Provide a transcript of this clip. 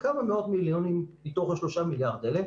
כמה מאות-מיליונים מתוך 3 המיליארדים האלה,